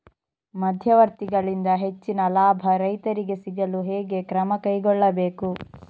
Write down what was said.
ಮಧ್ಯವರ್ತಿಗಳಿಂದ ಹೆಚ್ಚಿನ ಲಾಭ ರೈತರಿಗೆ ಸಿಗಲು ಹೇಗೆ ಕ್ರಮ ಕೈಗೊಳ್ಳಬೇಕು?